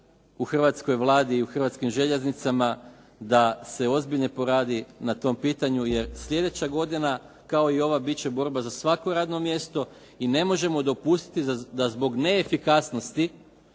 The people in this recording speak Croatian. u hrvatskoj Vladi i u Hrvatskim željeznicama da se ozbiljno poradi na tom pitanju jer sljedeća godina kao i ova biti će borba za svako radno mjesto i ne možemo dopustiti da zbog neefikasnosti